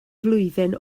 flwyddyn